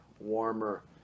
warmer